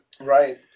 Right